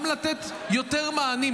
גם לתת יותר מענים,